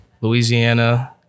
Louisiana